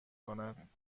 کند